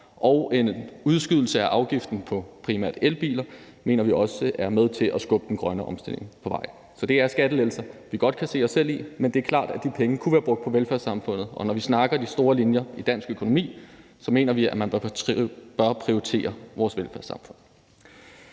En udskydelse af afgiften på primært elbiler mener vi også er med til at skubbe den grønne omstilling på vej. Så det er skattelettelser, vi godt kan se os selv i, men det er klart, at de penge kunne være brugt på velfærdssamfundet, og når vi snakker om de store linjer i dansk økonomi, så mener vi, at man bør prioritere vores velfærdssamfund.